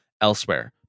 elsewhere